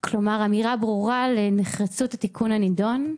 כלומר אמירה ברורה לנחיצות התיקון הנדון.